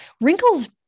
wrinkles